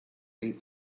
eight